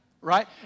right